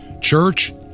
church